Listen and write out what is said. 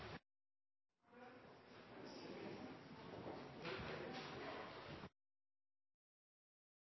president,